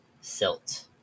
Silt